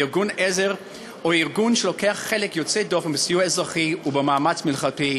ארגון עזר או ארגון שלקח חלק יוצא דופן בסיוע אזרחי ובמאמץ מלחמתי.